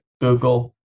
Google